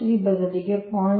3 ಬದಲಿಗೆ 0